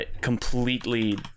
completely